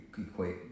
equate